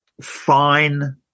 fine